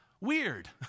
weird